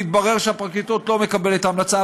מתברר שהפרקליטות לא מקבלת את ההמלצה.